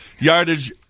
Yardage